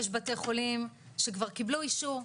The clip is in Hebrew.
יש בתי חולים שכבר קיבלו אישור,